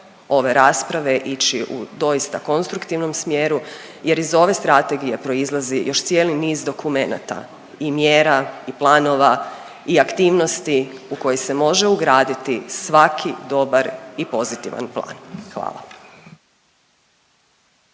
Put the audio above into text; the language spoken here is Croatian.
ove rasprave ići u doista konstruktivnom smjeru jer iz ove strategije proizlazi još cijeli niz dokumenata i mjera i planova i aktivnosti u koje se može ugraditi svaki dobar i pozitivan plan, hvala.